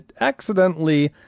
accidentally